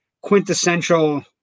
quintessential